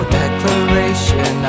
declaration